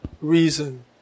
reason